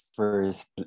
first